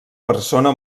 persona